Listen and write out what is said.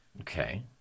Okay